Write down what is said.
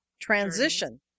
transition